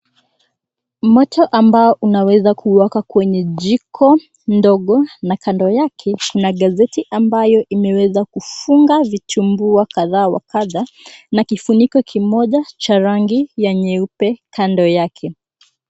Moto ambao unaweza kuwaka kwenye jiko ndogo na kando yake kuna gazeti ambayo imeweza kufunga vichumbua kadha wa kadha, na kifuniko kimoja cha rangi ya nyeupe kando yake.